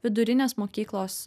vidurinės mokyklos